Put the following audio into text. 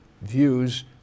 views